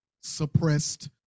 suppressed